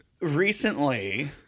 recently